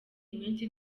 iminsi